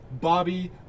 Bobby